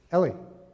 Ellie